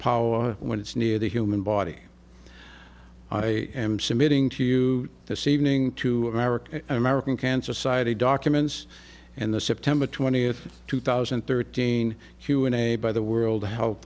power when it's near the human body i am submitting to you this evening to america american cancer society documents and the september twentieth two thousand and thirteen q and a by the world